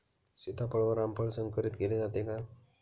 सीताफळ व रामफळ संकरित केले जाते का?